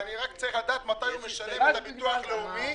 ניתן למנכ"ל המוסד לביטוח הלאומי להגיד משהו.